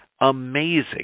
Amazing